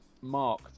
Mark